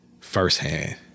firsthand